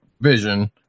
vision